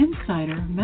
insider